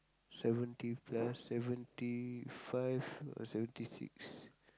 seventy plus seventy five or seventy six